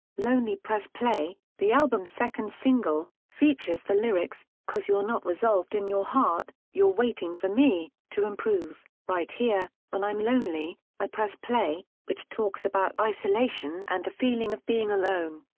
lonely press play, the album's second single, features the lyrics cause you're not resolved in your heart, you're waiting for me, to improve, right here, when i'm lonely, i press play, which talks about isolation and the feeling of being alone.